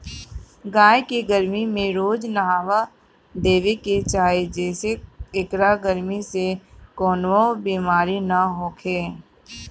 गाई के गरमी में रोज नहावा देवे के चाही जेसे एकरा गरमी से कवनो बेमारी ना होखे